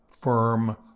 firm